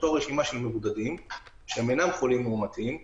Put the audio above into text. אותה רשימה של מבודדים שאינם חולים מאומתים.